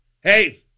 Hey